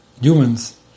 humans